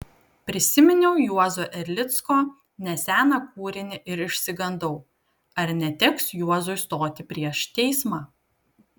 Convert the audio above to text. prisiminiau juozo erlicko neseną kūrinį ir išsigandau ar neteks juozui stoti prieš teismą